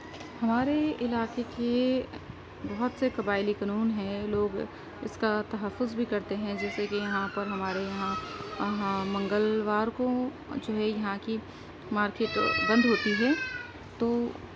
ہمارے علاقے کے بہت سے قبائلی قانون ہیں لوگ اس کا تحفظ بھی کرتے ہیں جیسے کہ یہاں پر ہمارے یہاں منگلوار کو جو ہے یہاں کی مارکیٹ بند ہوتی ہے تو